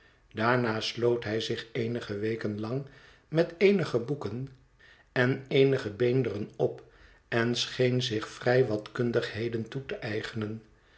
daarna sloot hij zich eenige weken lang met eenige boeken en eenige beenderen op en scheen zich vrij wat kundigheden toe te eigenen